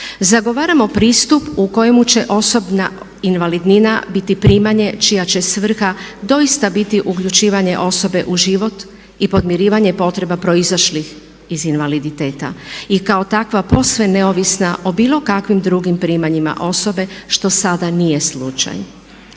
Zagovaramo pristup u kojemu će osobna invalidnina biti primanje čija će svrha doista biti uključivanje osobe u život i podmirivanje potrebe proizašlih iz invaliditeta. I kao takva posve neovisna o bilo kakvim drugim primanjima osobe što sada nije slučaj.